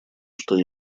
что